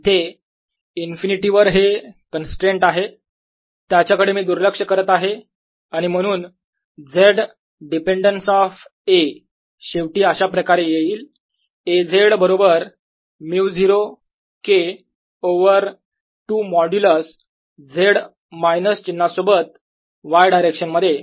इथे इन्फिनिटी वर हे कन्स्ट्रेन्ट आहे त्याच्याकडे मी दुर्लक्ष करत आहे आणि म्हणून Z डिपेन्डन्स ऑफ A शेवटी अशाप्रकारे येईल A z बरोबर μ0 K over 2 modulus Z minus चिन्हा सोबत Y डायरेक्शन मध्ये